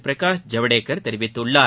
பிரகாஷ் ஜவ்டேகர் தெரிவித்துள்ளார்